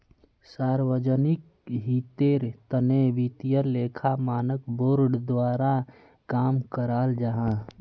सार्वजनिक हीतेर तने वित्तिय लेखा मानक बोर्ड द्वारा काम कराल जाहा